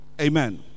Amen